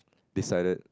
decided